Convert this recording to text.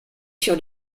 sur